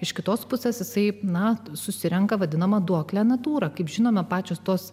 iš kitos pusės visaip na susirenka vadinamą duoklę natūra kaip žinoma pačios tos